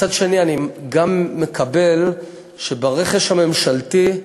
מצד שני, אני גם מקבל שברכש הממשלתי,